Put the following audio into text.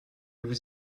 vous